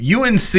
UNC